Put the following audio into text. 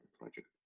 project